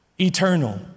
eternal